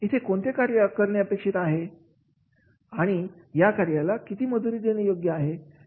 इथे कोणते कार्य करणे अपेक्षित आहे आहे आणि या कार्यासाठी किती मजुरी योग्य असेल